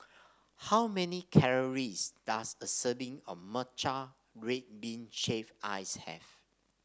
how many calories does a serving of Matcha Red Bean Shaved Ice have